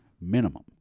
minimum